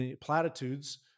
platitudes